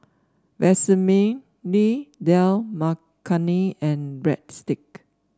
Vermicelli Dal Makhani and Breadstick